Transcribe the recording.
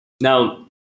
now